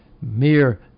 Mere